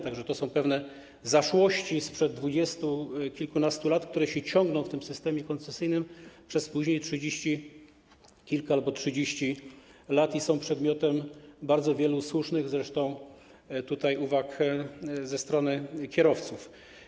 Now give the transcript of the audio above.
Tak że to są pewne zaszłości sprzed 20, kilkunastu lat, które później ciągną się w systemie koncesyjnym przez trzydzieści kilka albo 30 lat i są przedmiotem bardzo wielu, słusznych zresztą, uwag ze strony kierowców.